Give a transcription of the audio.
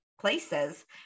places